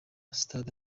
stade